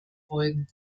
folgen